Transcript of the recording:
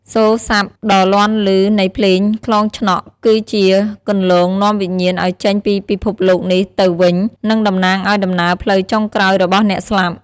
សូរសព្ទដ៏លាន់ឮនៃភ្លេងខ្លងឆ្នក់ គឺជាគន្លងនាំវិញ្ញាណឲ្យចេញពីពិភពលោកនេះទៅវិញ និងតំណាងឲ្យដំណើរផ្លូវចុងក្រោយរបស់អ្នកស្លាប់។